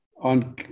on